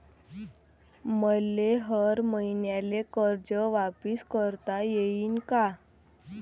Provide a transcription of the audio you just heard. मले हर मईन्याले कर्ज वापिस करता येईन का?